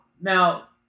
now